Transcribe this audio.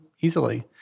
easily